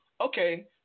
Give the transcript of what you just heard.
okay